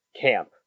camp